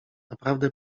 naprawdę